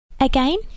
Again